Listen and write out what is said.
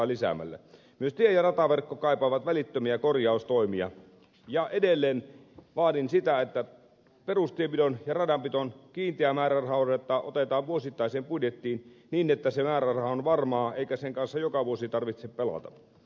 myös tie ja rataverkko kaipaavat välittömiä korjaustoimia ja edelleen vaadin sitä että perustienpidon ja radanpidon kiinteä määräraha otetaan vuosittaiseen budjettiin niin että se määräraha on varmaa eikä sen kanssa joka vuosi tarvitse pelata